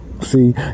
See